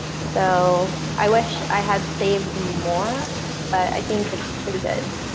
so i wish i had saved more but i think it's pretty good.